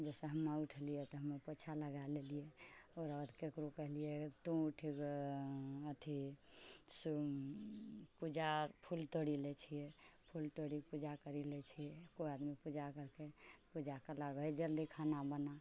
जइसे हम उठलिए तऽ हम पोछा लगा लेलिए ओकराबाद ककरो कहलिए तौ उठिकऽ अथी पूजा फूल तोड़ि लै छिए फूल तोड़िकऽ पूजा करि लै छिए कोइ आदमी पूजा करलकै पूजा करलाके बाद हइ जल्दी खाना बना